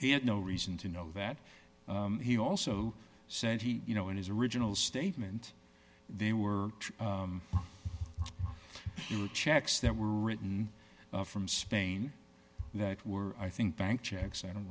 had no reason to know that he also said he you know in his original statement they were your checks that were written from spain that were i think bank checks i don't